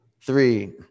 three